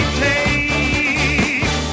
take